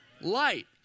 light